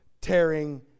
tearing